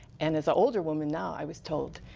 and as older woman now, i was told.